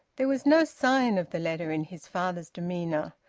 there was no sign of the letter in his father's demeanour,